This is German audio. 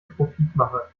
profitmache